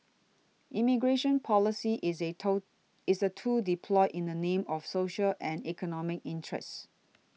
immigration policy is a toe is a tool deployed in the name of social and economic interest